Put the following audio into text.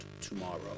tomorrow